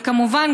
וכמובן,